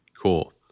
Cool